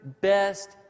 best